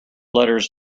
letters